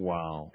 Wow